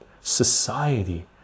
society